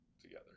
together